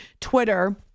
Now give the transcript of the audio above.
Twitter